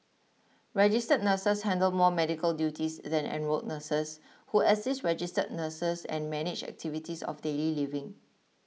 registered nurses handle more medical duties than enrolled nurses who assist registered nurses and manage activities of daily living